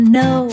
no